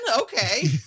Okay